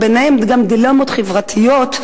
וביניהן גם דילמות חברתיות.